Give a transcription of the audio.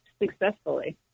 successfully